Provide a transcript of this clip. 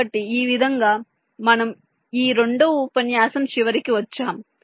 కాబట్టి ఈ విధంగా మనం ఈ రెండవ ఉపన్యాసం చివరికి వచ్చాము